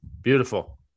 beautiful